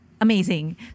Amazing